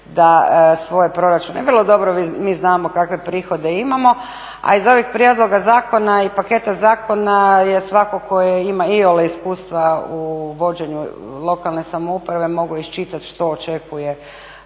da svoje proračune, vrlo dobro mi znamo kakve prihode imamo a iz ovih prijedloga zakona i paketa zakona je svatko tko ima iole iskustva u vođenju lokalne samouprave mogao iščitati što očekuje